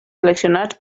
seleccionats